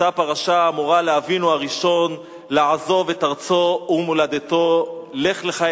אותה פרשה המורה לאבינו הראשון לעזוב את ארצו ומולדתו: "לך לך,